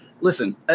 Listen